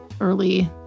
early